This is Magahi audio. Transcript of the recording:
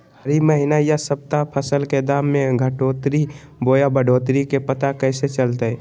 हरी महीना यह सप्ताह फसल के दाम में घटोतरी बोया बढ़ोतरी के पता कैसे चलतय?